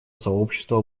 сообщества